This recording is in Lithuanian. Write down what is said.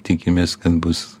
tikimės kad bus